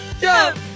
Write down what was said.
jump